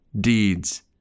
deeds